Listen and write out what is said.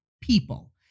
people